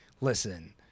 listen